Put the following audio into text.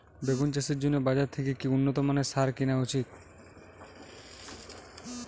বেগুন চাষের জন্য বাজার থেকে কি উন্নত মানের সার কিনা উচিৎ?